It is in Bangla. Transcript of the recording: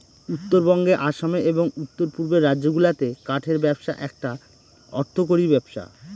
উত্তরবঙ্গে আসামে এবং উত্তর পূর্বের রাজ্যগুলাতে কাঠের ব্যবসা একটা অর্থকরী ব্যবসা